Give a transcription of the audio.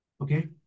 Okay